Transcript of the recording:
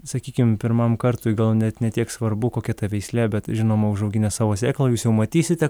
sakykim pirmam kartui gal net ne tiek svarbu kokia ta veislė bet žinoma užauginęs savo sėklą jūs jau matysite